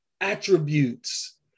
attributes